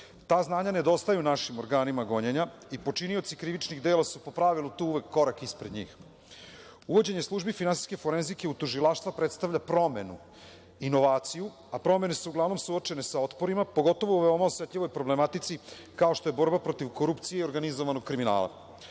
Ta znanja nedostaju našim organima gonjenja i počinioci krivičnih dela su po pravilu tu uvek korak ispred njih. Uvođenjem službi finansijske forenzike u tužilaštva predstava promenu, inovaciju, a promene su uglavnom suočene sa otporima, pogotovo u veoma osetljivoj problematici, kao što je borba protiv korupcije i organizovanog kriminala.